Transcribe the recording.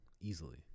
easily